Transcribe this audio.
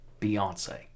Beyonce